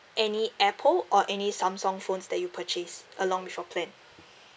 any apple or any samsung phones that you purchased along with your plan